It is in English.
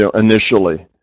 initially